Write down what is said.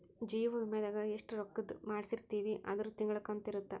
ಜೀವ ವಿಮೆದಾಗ ಎಸ್ಟ ರೊಕ್ಕಧ್ ಮಾಡ್ಸಿರ್ತಿವಿ ಅದುರ್ ತಿಂಗಳ ಕಂತು ಇರುತ್ತ